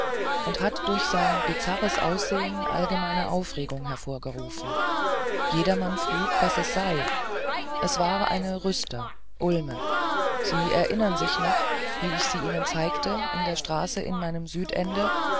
und hat durch sein bizarres aussehen allgemeine aufregung hervorgerufen jedermann frug was das sei es war eine rüster ulme erinnern sie sich noch wie ich sie ihnen zeigte in der straße in meinem südende